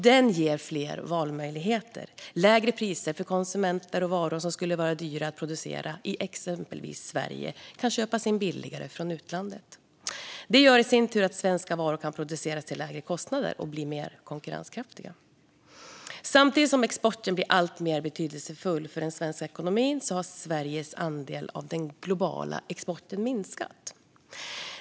Den ger fler valmöjligheter och lägre priser för konsumenter, och varor som skulle vara dyra att producera i exempelvis Sverige kan köpas in billigare från utlandet. Detta gör i sin tur att svenska varor kan produceras till lägre kostnader och bli mer konkurrenskraftiga. Samtidigt som exporten blir alltmer betydelsefull för den svenska ekonomin har Sveriges andel av den globala exporten minskat.